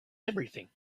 everything